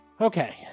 okay